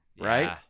right